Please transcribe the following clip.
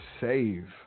save